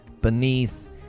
beneath